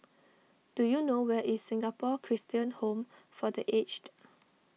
do you know where is Singapore Christian Home for the Aged